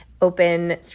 open